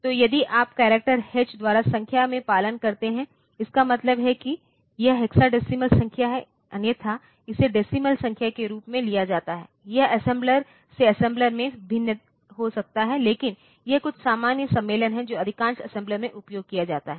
तो यदि आप करैक्टर H द्वारा संख्या में पालन करते हैं इसका मतलब है कि यह हेक्साडेसिमल संख्या है अन्यथा इसे डेसीमल संख्या के रूप में लिया जाता है यह असेम्बलर से असेम्बलर में भिन्न हो सकता है लेकिन यह कुछ सामान्य सम्मेलन है जो अधिकांश असेम्बलर में उपयोग किया जाता है